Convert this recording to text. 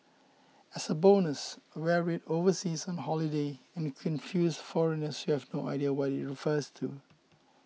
as a bonus wear we overseas on holiday and confuse foreigners you have no idea what it refers to